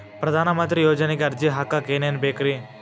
ಪ್ರಧಾನಮಂತ್ರಿ ಯೋಜನೆಗೆ ಅರ್ಜಿ ಹಾಕಕ್ ಏನೇನ್ ಬೇಕ್ರಿ?